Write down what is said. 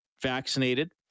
Vaccinated